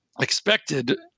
expected